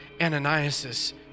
Ananias